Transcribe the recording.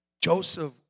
Joseph